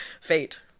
fate